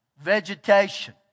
vegetation